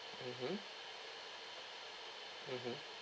mmhmm mmhmm